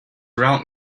around